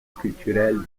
culturelle